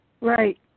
Right